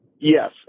Yes